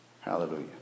Hallelujah